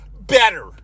Better